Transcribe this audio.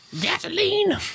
gasoline